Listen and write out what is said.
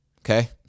okay